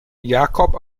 jakob